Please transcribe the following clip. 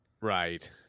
Right